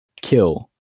kill